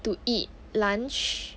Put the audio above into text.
to eat lunch